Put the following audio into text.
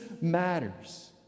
matters